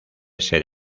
ser